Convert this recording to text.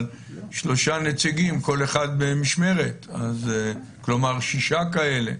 על שלושה נציגים, כל אחד במשמרת, כלומר שישה כאלה?